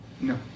No